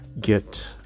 get